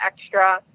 extra